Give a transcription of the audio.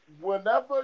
Whenever